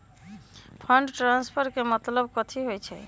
Fund transfer के मतलब कथी होई?